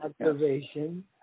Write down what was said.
observation